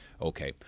okay